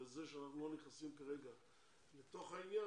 וזה שאנחנו כרגע לא נכנסים לתוך העניין,